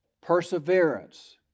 perseverance